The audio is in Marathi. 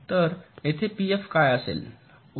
तर येथे पीएफ काय असेल